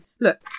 look